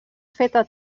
feta